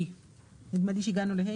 מניעת ניגוד14מב2 (א)